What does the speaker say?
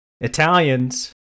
Italians